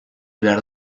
behar